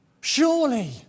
Surely